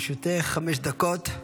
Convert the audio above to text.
בבקשה, לרשותך חמש דקות.